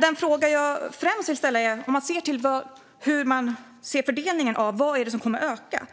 Den fråga jag främst vill ställa handlar om fördelningen och vad som kommer att öka.